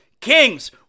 Kings